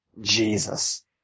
Jesus